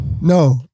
No